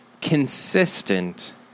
consistent